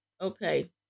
Okay